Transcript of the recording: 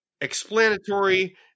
explanatory